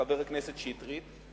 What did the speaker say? חבר הכנסת שטרית,